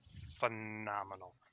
phenomenal